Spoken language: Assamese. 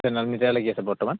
জেনেৰেল মিটাৰেই লাগি আছে বৰ্তমান